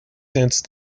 since